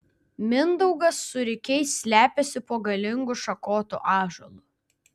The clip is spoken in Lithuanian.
mindaugas su rikiais slepiasi po galingu šakotu ąžuolu